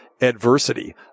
adversity